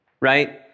right